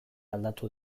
aldatu